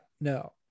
no